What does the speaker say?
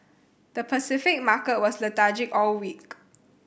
the Pacific market was lethargic all week